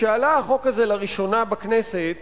כשעלה החוק הזה לראשונה בכנסת